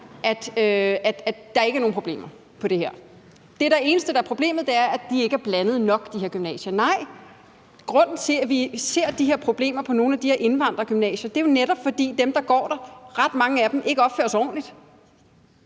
at der ikke er nogen problemer inden for det her. Det eneste, der er problemet, er, at de her gymnasier ikke er blandede nok. Nej, grunden til, at vi ser de her problemer på nogle af de indvandrergymnasier, er jo netop, at ret mange af dem, der går der, ikke opfører sig ordentligt,